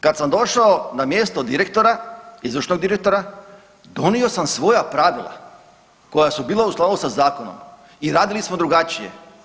Kad sam došao na mjesto direktora, izvršnog direktora donio sam svoja pravila koja su bila u skladu sa zakonom i radili smo drugačije.